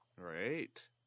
Right